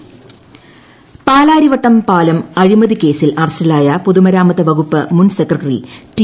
പാലാരിവട്ടം പാലം പാലാരിവട്ടം പാലം അഴിമതി കേസിൽ അറസ്റ്റിലായ പൊതുമരാമത്ത് വകുപ്പ് മുൻ സെക്രട്ടറി റ്റി